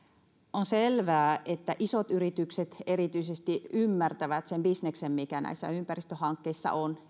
on selvää että erityisesti isot yritykset ymmärtävät sen bisneksen mikä näissä ympäristöhankkeissa on